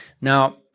Now